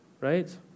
right